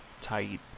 tight